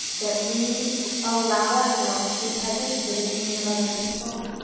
that we allow ourselves to be present for the pain of other people.